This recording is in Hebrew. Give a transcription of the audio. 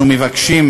אנחנו מבקשים,